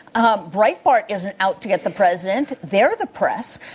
ah breitbart isn't out to get the president. they're the press.